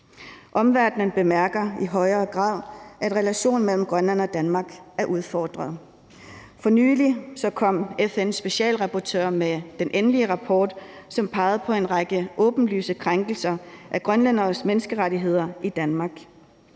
Omverdenen bemærker i højere grad, at relationen mellem Grønland og Danmark er udfordret. For nylig kom FN's specialrapportør med den endelige rapport, som pegede på en række åbenlyse krænkelser af grønlænderes menneskerettigheder i Danmark.